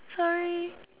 sorry